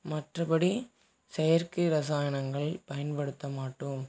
மற்றபடி செயற்கை ரசாயணங்கள் பயன்படுத்த மாட்டோம்